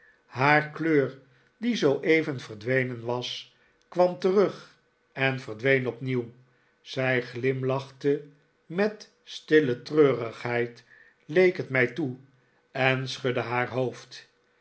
kleur die zooeven verdwenen was kwam terug en verdween opnieuw zij glimlachte met stille treurigheid leek het mij toe en schudde haar hoofd